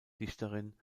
dichterin